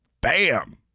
Bam